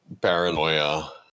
paranoia